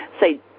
say